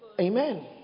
Amen